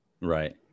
Right